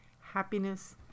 happiness